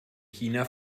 china